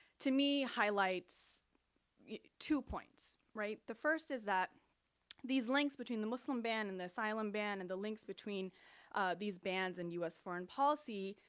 to me highlights two points, right? the first is that these links between the muslim ban and the asylum ban and the links between these bans and us foreign policy